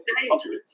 dangerous